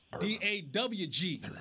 D-A-W-G